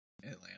Atlanta